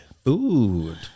Food